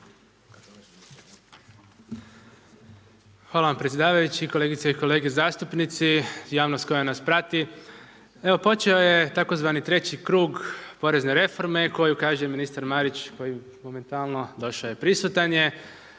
Hvala vam predsjedavajući, kolegice i kolege zastupnici, javnost koja nas prati. Evo počeo je tzv. treći krug porezne reforme koju kaže ministar Marić koji momentalno došao je, prisutan je,